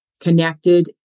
Connected